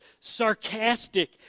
sarcastic